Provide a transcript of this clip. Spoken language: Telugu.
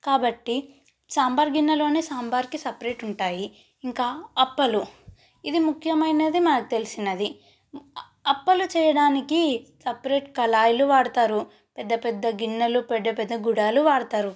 కాబట్టి సాంబారు గిన్నెలో సాంబార్కి సపరేట్ ఉంటాయి ఇంకా అప్పలు ఇది ముఖ్యమైనది మనకు తెలిసినది అప్పలు చేయడానికి సపరేట్ కళాయిలు వాడతారు పెద్ద పెద్ద గిన్నెలు పెద్ద పెద్ద గుడాలు వాడతారు